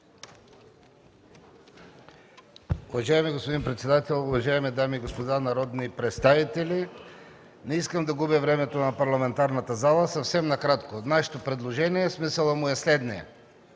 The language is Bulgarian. Уважаеми господин председател, уважаеми дами и господа народни представители, не искам да губя времето на парламентарната зала. Смисълът на нашето предложение е следният: